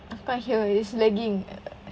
I can't hear you it's lagging